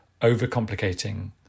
overcomplicating